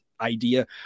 idea